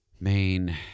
main